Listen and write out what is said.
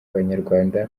abanyarwanda